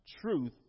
truth